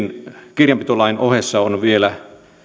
kirjanpitolain ohessa on vielä